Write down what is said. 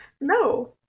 no